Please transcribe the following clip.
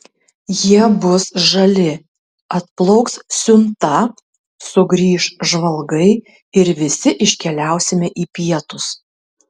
jie bus žali atplauks siunta sugrįš žvalgai ir visi iškeliausime į pietus